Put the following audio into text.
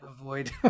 avoid